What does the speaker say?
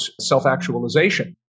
self-actualization